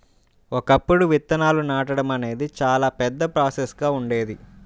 ఒకప్పుడు విత్తనాలను నాటడం అనేది చాలా పెద్ద ప్రాసెస్ గా ఉండేది